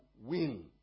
win